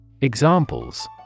Examples